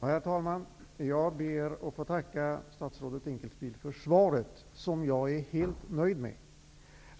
Herr talman! Jag ber att få tacka statsrådet Dinkelspiel för svaret, som jag är helt nöjd med.